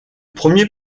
premier